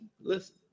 Listen